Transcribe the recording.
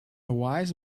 wise